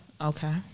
Okay